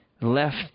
Left